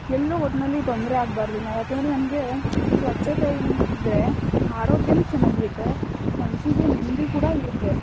ಎಲ್ಲೂ ಒಟ್ಟಿನಲ್ಲಿ ತೊಂದರೆ ಆಗಬಾರ್ದು ನ ಯಾಕೆಂದರೆ ನನಗೆ ಸ್ವಚ್ಛತೆ ಇಂ ಇದ್ದರೆ ಆರೋಗ್ಯನು ಚೆನ್ನಾಗಿರುತ್ತೆ ಮನಸ್ಸಿಗೆ ನೆಮ್ಮದಿ ಕೂಡ ಇರುತ್ತೆ